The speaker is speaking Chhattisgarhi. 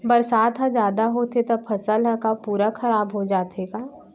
बरसात ह जादा होथे त फसल ह का पूरा खराब हो जाथे का?